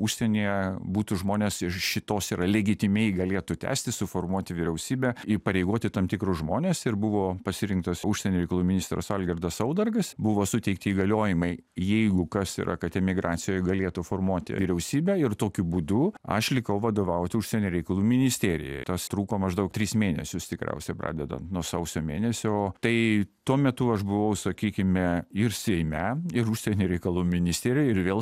užsienyje būtų žmonės ir iš šitos yra legitimiai galėtų tęsti suformuoti vyriausybę įpareigoti tam tikrus žmones ir buvo pasirinktas užsienio reikalų ministras algirdas saudargas buvo suteikti įgaliojimai jeigu kas yra kad emigracijoj galėtų formuoti vyriausybę ir tokiu būdu aš likau vadovauti užsienio reikalų ministerijai tas trūko maždaug tris mėnesius tikriausiai pradedant nuo sausio mėnesio tai tuo metu aš buvau sakykime ir seime ir užsienio reikalų ministerijoj ir vėl